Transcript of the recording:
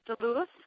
duluth